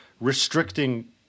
restricting